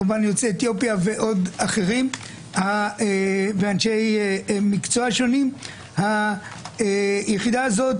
כמובן יוצאי אתיופיה ועוד אחרים ואני מקצוע שונים היחידה הזאת